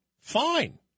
fine